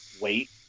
wait